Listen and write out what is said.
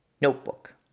notebook